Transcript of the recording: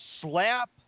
slap